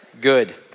Good